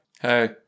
hey